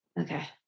okay